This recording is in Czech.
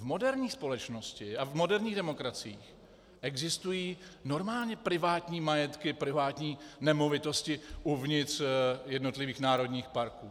V moderní společnosti a v moderních demokraciích existují normálně privátní majetky, privátní nemovitosti uvnitř jednotlivých národních parků.